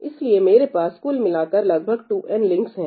इसलिए मेरे पास कुल मिलाकर लगभग 2 n लिंक्स है